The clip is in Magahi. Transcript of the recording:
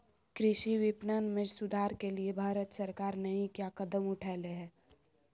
कृषि विपणन में सुधार के लिए भारत सरकार नहीं क्या कदम उठैले हैय?